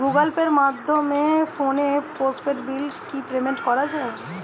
Google পের মাধ্যমে ফোনের পোষ্টপেইড বিল কি পেমেন্ট করা যায়?